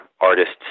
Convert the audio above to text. artists